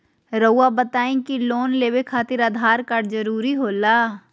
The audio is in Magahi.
रौआ बताई की लोन लेवे खातिर आधार कार्ड जरूरी होला?